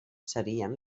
serien